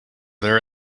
there